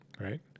right